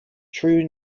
true